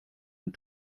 ein